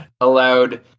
allowed